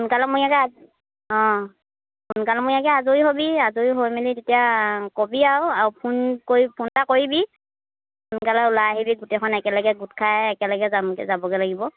সোনকালেমূৰীয়াকৈ আজৰি অঁ সোনকালেমূৰীয়াকৈ আজৰি হ'বি আজৰি হৈ মেলি তেতিয়া ক'বি আৰু আৰু ফোন কৰি ফোন এটা কৰিবি সোনকালে ওলাই আহিবি গোটেইখন একেলগে গোট খাই একেলগে যাম যাবগৈ লাগিব